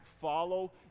follow